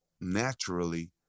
naturally